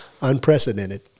Unprecedented